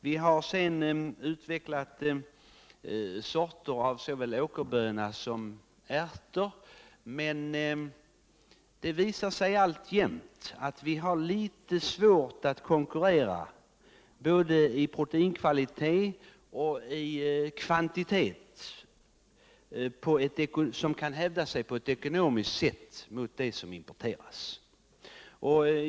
Vi har sedan utvecklat sorter av såväl åkerböna som ärta, men det visar sig alltjämt att vi har litet svårt att konkurrera i fråga om både proteinkvalitet och kvantitet så att vi kan hävda oss på ett ekonomiskt sätt mot det som importeras.